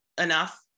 enough